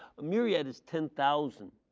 a myriad is ten thousand.